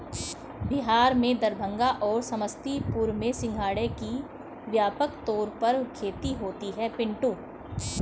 बिहार में दरभंगा और समस्तीपुर में सिंघाड़े की व्यापक तौर पर खेती होती है पिंटू